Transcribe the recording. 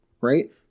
right